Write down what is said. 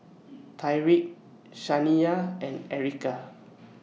Tyrique Shaniya and Erica